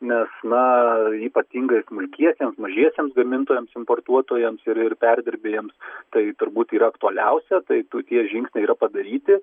nes na ypatingai smulkiesiems mažiesiems gamintojams importuotojams ir ir perdirbėjams tai turbūt yra aktualiausia tai tokie žingsniai yra padaryti